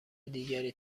دیگری